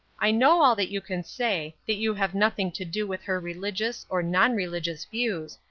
i know all that you can say that you have nothing to do with her religious, or non-religious, views,